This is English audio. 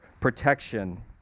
protection